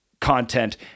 content